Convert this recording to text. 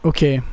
Okay